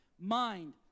mind